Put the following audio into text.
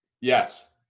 Yes